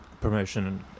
promotion